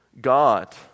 God